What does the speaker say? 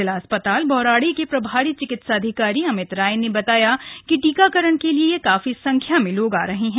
जिला अस्पताल बौराड़ी के प्रभारी चिकित्साधिकारी अमित राय ने बताया कि टीकाकरण के लिए काफी संख्या में लोग आ रहे हैं